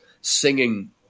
singing